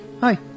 Hi